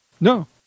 No